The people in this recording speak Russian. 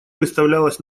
выставлялась